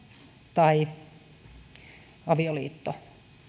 tai solmitaan avioliitto